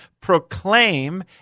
proclaim